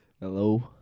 Hello